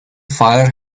fire